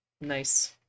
nice